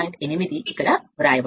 8 ఇక్కడ వ్రాయబడింది